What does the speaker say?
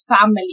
family